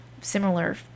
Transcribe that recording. similar